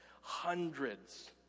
hundreds